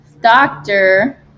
doctor